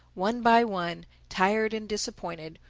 one by one, tired and disappointed,